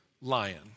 lion